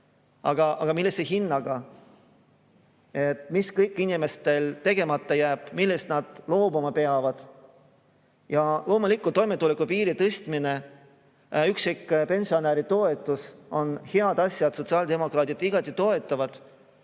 Aga millise hinnaga? Mis kõik inimestel tegemata jääb, millest nad loobuma peavad? Loomulikult on toimetulekupiiri tõstmine ja üksi elava pensionäri toetus head asjad, mida sotsiaaldemokraadid igati toetavad,